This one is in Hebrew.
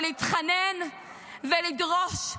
ולהתחנן ולדרוש,